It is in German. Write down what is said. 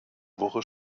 woche